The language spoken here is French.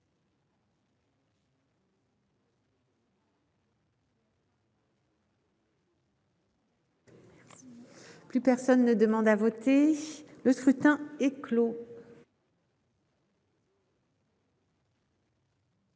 ouvert. Plus personne ne demande à voter, le scrutin est clos.